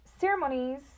ceremonies